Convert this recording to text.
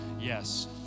yes